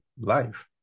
life